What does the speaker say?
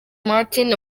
martin